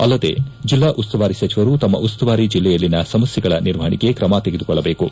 ಅಲ್ಲದೇ ಜಿಲ್ಲಾ ಉಸ್ತುವಾರಿ ಸಚಿವರು ತಮ್ಮ ಉಸ್ತುವಾರಿ ಜಿಲ್ಲೆಯಲ್ಲಿನ ಸಮಸ್ಯೆಗಳ ನಿರ್ವಹಣೆಗೆ ಕ್ರಮ ತೆಗೆದುಕೊಳ್ಳಬೇಕು